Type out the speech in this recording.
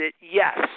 yes